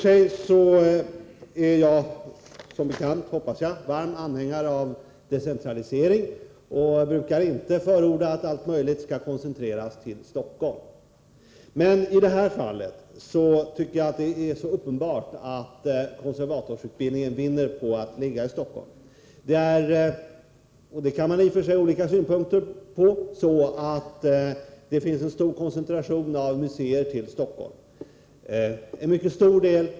Jag är som bekant varm anhäng are av decentralisering, och jag brukar inte förorda att allt möjligt skall koncentreras till Stockholm. Men i det här fallet tycker jag att det är så uppenbart att konservatorsutbildningen vinner på att ligga i Stockholm. Det finns en stor koncentration av museer till Stockholm, vilket man i och för sig kan ha olika synpunkter på.